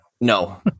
no